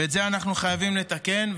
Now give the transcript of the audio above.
ואת זה אנחנו חייבים לתקן.